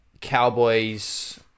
Cowboys